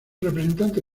representante